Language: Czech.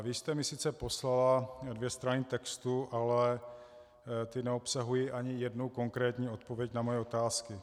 Vy jste mi sice poslala dvě strany textu, ale ty neobsahují ani jednu konkrétní odpověď na moje otázky.